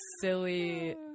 silly